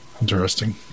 Interesting